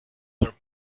were